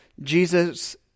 Jesus